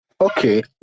okay